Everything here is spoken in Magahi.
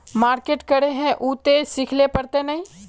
मार्केट करे है उ ते सिखले पड़ते नय?